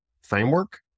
framework